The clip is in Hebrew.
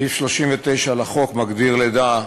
סעיף 39 לחוק מגדיר לידה: